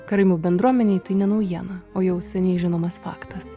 karaimų bendruomenei tai ne naujiena o jau seniai žinomas faktas